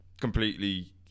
completely